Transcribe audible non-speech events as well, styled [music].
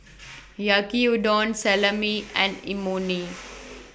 [noise] Yaki Udon Salami and Imoni